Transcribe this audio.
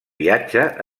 viatge